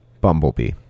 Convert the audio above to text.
Bumblebee